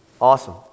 Awesome